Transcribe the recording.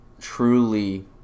truly